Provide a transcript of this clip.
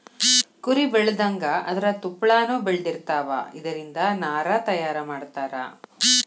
ಕುರಿ ಬೆಳದಂಗ ಅದರ ತುಪ್ಪಳಾನು ಬೆಳದಿರತಾವ, ಇದರಿಂದ ನಾರ ತಯಾರ ಮಾಡತಾರ